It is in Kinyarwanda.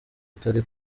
atari